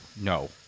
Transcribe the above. No